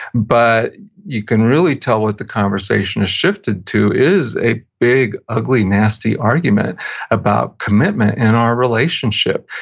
but you can really tell what the conversation has shifted to is a big, ugly, nasty argument about commitment and our relationship.